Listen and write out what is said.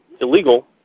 illegal